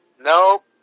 Nope